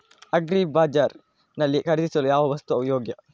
Agri bazaar ನಲ್ಲಿ ಖರೀದಿಸಲು ಯಾವ ವಸ್ತು ಯೋಗ್ಯ?